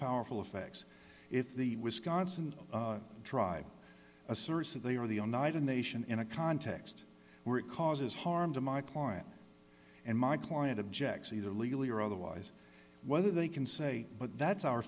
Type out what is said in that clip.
powerful effects if the wisconsin tribe asserts that they are the united nation in a context where it causes harm to my client and my client objects either legally or otherwise whether they can say but that's our